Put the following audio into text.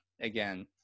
again